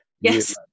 yes